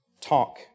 talk